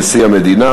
נשיא המדינה